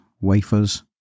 wafers